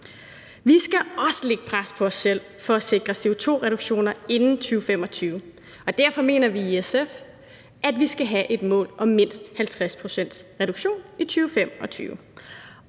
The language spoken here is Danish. Vi skal også lægge pres på os selv for at sikre CO2-reduktioner inden 2025, og derfor mener vi i SF, at vi skal have et mål om mindst 50 pct.s reduktion i 2025.